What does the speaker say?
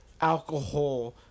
Alcohol